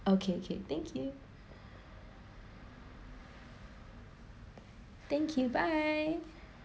okay okay thank you thank you bye